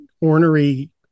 ornery